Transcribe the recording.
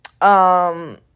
Um-